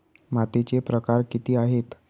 मातीचे प्रकार किती आहेत?